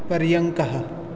पर्यङ्कः